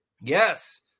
Yes